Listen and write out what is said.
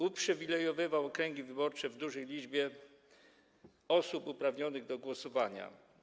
Uprzywilejowywał okręgi wyborcze o dużej liczbie osób uprawnionych do głosowania.